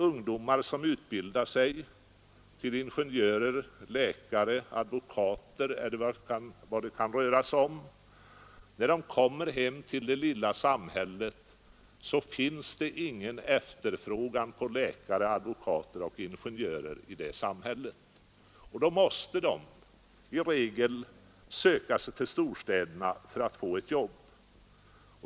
Ungdomar som utbildat sig till ingenjörer, läkare, advokater osv. konstaterar när de kommer hem till sitt lilla samhälle, att det där inte finns någon efterfrågan på personer med sådan utbildning. De måste i regel söka sig till storstäderna för att få ett jobb.